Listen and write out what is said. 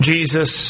Jesus